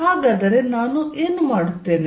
ಹಾಗಾದರೆ ನಾನು ಏನು ಮಾಡುತ್ತೇನೆ